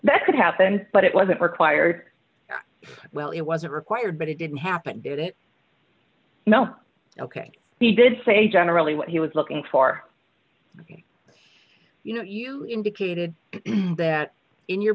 that could happen but it wasn't required well it wasn't required but it didn't happen did it ok he did say generally what he was looking for you know you indicated that in your